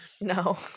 No